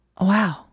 Wow